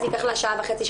זה ייקח לה שעה וחצי,